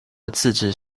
自治